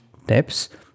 steps